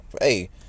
hey